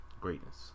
Greatness